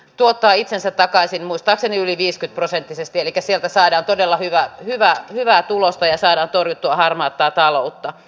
l tuottaa itsensä takaisin mutta sen ylivieska prosenttisesti elikkä sieltä saadaan todella hyvä jyväs hyvää tulosta ja saadaan torjuttua harmaata taloutta